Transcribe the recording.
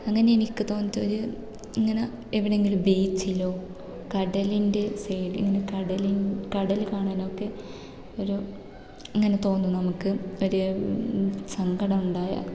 അങ്ങനെ എനിക്ക് തോന്നിയതൊരു ഇങ്ങനെ എവിടെ എങ്കിലും ബീച്ചിലോ കടലിൻ്റെ സൈഡ് ഇങ്ങനെ കടൽ കടൽ കാണാനൊക്കെ ഒരു ഇങ്ങനെ തോന്നും നമുക്ക് ഒരു സങ്കടമുണ്ടായാൽ